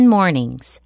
Mornings